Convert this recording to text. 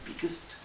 biggest